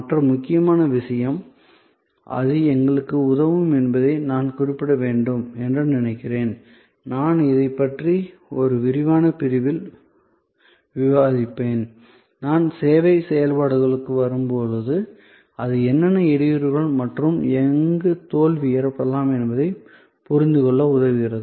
மற்ற முக்கியமான விஷயம் அது எங்களுக்கு உதவும் என்பதை நான் குறிப்பிட வேண்டும் என்று நினைக்கிறேன் நான் இதைப் பற்றி ஒரு விரிவான பிரிவில் விவாதிப்பேன் நான் சேவை செயல்பாடுகளுக்கு வரும்போது அது என்னென்ன இடையூறுகள் மற்றும் எங்கு தோல்வி ஏற்படலாம் என்பதைப் புரிந்துகொள்ள உதவுகிறது